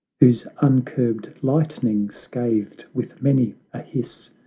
whose uncurbed lightning scathed with many a hiss,